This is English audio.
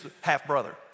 half-brother